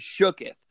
shooketh